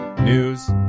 news